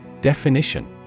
Definition